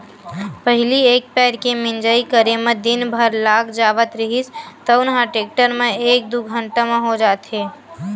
पहिली एक पैर के मिंजई करे म दिन भर लाग जावत रिहिस तउन ह टेक्टर म एक दू घंटा म हो जाथे